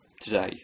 Today